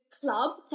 club